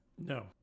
No